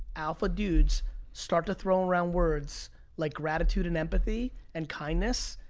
alpha dudes start to throw around words like gratitude and empathy and kindness.